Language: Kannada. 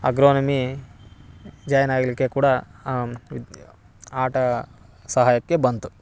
ಅಗ್ರೋನಮಿ ಜಾಯಿನ್ ಆಗಲಿಕ್ಕೆ ಕೂಡ ಇದು ಆಟ ಸಹಾಯಕ್ಕೆ ಬಂತು